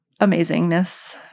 amazingness